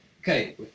Okay